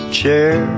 chair